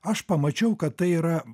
aš pamačiau kad tai yra